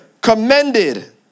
commended